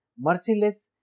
merciless